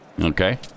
Okay